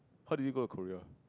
how do you go to Korea